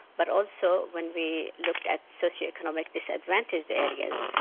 but also when we looked at socio-economic disadvantaged areas,